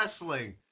wrestling